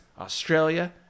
Australia